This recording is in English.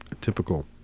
Typical